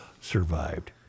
survived